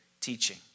teaching